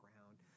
ground